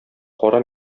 кара